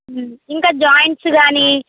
ఇంకా జాయింట్స్ కానీ